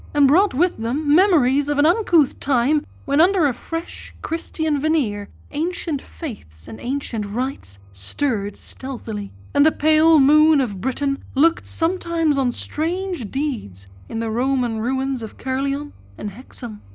and brought with them memories of an uncouth time when under a fresh christian veneer ancient faiths and ancient rites stirred stealthily, and the pale moon of britain looked sometimes on strange deeds in the roman ruins of caerleon and hexham,